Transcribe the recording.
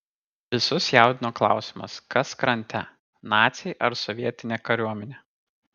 visus jaudino klausimas kas krante naciai ar sovietinė kariuomenė